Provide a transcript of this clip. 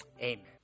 Amen